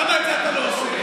למה את זה אתה לא עושה?